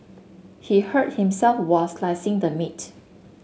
he hurt himself while slicing the meat